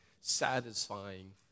satisfying